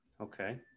Okay